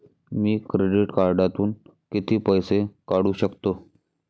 मी credit कार्डातून किती पैसे काढू शकतो?